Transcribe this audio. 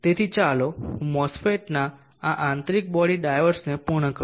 તેથી ચાલો હું MOSFET ના આ આંતરિક બોડી ડાયોડ્સને પૂર્ણ કરું